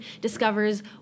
discovers